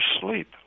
sleep